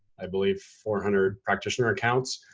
i believe, four hundred practitioner accounts